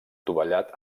dovellat